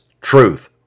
truth